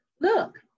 look